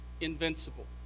invincible